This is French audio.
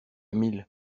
mille